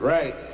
Right